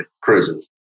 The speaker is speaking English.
cruises